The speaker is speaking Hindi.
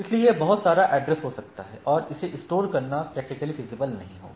इसलिए यह बहुत सारा एड्रेस हो सकता है और इसे स्टोर करना प्रैक्टिकली फीजिबल नहीं होगा